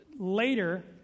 Later